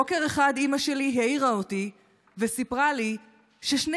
בוקר אחד אימא שלי העירה אותי וסיפרה לי ששני